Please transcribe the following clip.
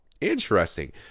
interesting